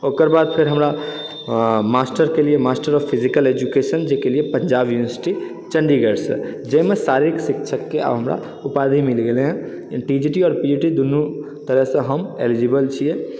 ओकरबाद फेर हमरा मास्टर कएलियै मास्टर ऑफ फिजिकल एजुकेशन जे कएलियै पञ्जाब यूनिवर्सिटी चण्डीगढसँ जाहिमे शारीरिक शिक्षकके आब हमरा उपाधि मिलि गेलै हँ इन टी जी टी आओर पी जी टी दुनू तरहसँ हम एलिजिबल छियै